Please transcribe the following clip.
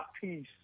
peace